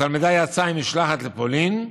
התלמידה יצאה עם משלחת לפולין,